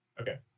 Okay